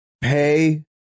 pay